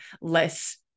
less